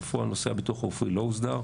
בפועל נושא הביטוח הרפואי לא הוסדר,